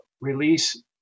release